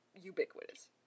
ubiquitous